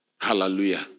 Hallelujah